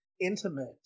intimate